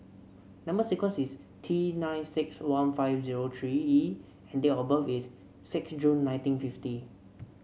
number sequence is T nine six one five zero three E and date of birth is six June nineteen fifty